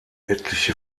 etliche